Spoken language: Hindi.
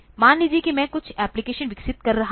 मान लीजिए कि मैं कुछ एप्लिकेशन विकसित कर रहा हूं